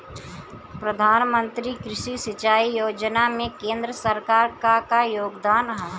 प्रधानमंत्री कृषि सिंचाई योजना में केंद्र सरकार क का योगदान ह?